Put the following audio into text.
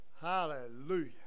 hallelujah